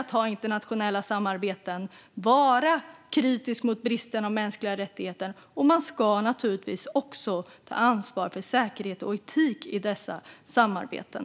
att ha internationella samarbeten och vara kritisk mot bristen på mänskliga rättigheter. Man ska naturligtvis också ta ansvar för säkerhet och etik i dessa samarbeten.